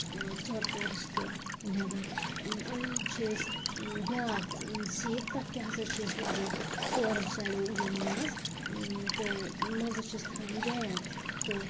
ٲں ژور ژور رِستہٕ نیٚبر انان چھِ أسۍ بیٛاکھ سیٖکھ تتھ تہِ ہَسا چھِ أسۍ لاگان ژورو سایڈو یہِ ماز تہٕ مَنزَس چھِس تھاوان گیپ تہٕ